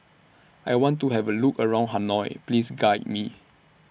I want to Have A Look around Hanoi Please Guide Me